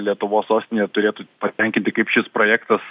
lietuvos sostinėje turėtų patenkinti kaip šis projektas